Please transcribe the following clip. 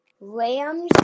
Rams